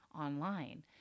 online